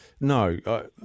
No